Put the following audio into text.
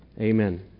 Amen